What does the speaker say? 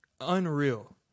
unreal